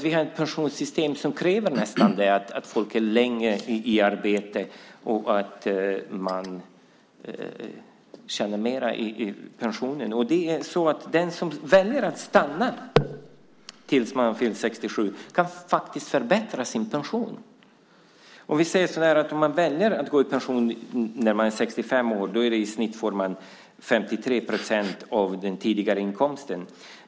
Vi har ett pensionssystem som nästan kräver att folk stannar länge i arbete och tjänar in mer i pension. Om man väljer att stanna tills man fyllt 67 kan man faktiskt förbättra sin pension. Om man väljer att gå i pension när man är 65 år får man i snitt 53 procent av den tidigare inkomsten.